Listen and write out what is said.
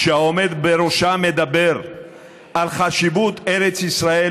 שהעומד בראשה מדבר על חשיבות ארץ ישראל,